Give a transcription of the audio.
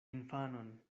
infanon